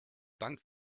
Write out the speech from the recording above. bank